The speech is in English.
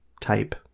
type